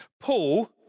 Paul